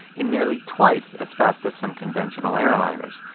and nearly twice as fast as some conventional airliners.